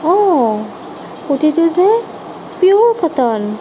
অঁ কুৰ্তিটো যে পিয়'ৰ কটন